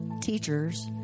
teachers